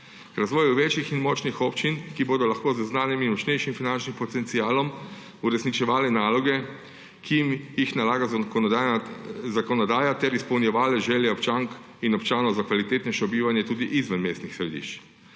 razvoju večjih in močnih občin, ki bodo lahko z znanjem in močnejšim finančnim potencialom uresničevale naloge, ki jim jih nalaga zakonodaja ter izpolnjevale želje občank in občanov za kvalitetnejše bivanje tudi izven mestnih središč.